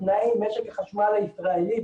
בתנאי משק החשמל הישראלי,